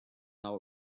are